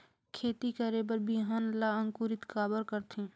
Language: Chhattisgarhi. खेती करे बर बिहान ला अंकुरित काबर करथे?